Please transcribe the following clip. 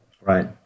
Right